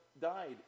died